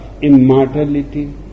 immortality